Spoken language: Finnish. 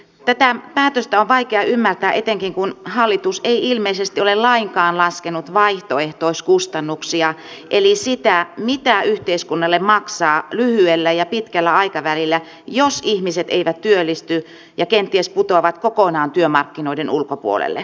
tätä päätöstä on vaikea ymmärtää etenkin kun hallitus ei ilmeisesti ole lainkaan laskenut vaihtoehtoiskustannuksia eli sitä mitä yhteiskunnalle maksaa lyhyellä ja pitkällä aikavälillä jos ihmiset eivät työllisty ja kenties putoavat kokonaan työmarkkinoiden ulkopuolelle